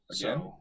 Again